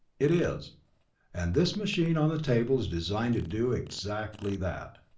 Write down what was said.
it is and this machine on the table is designed to do exactly that.